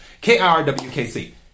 K-I-R-W-K-C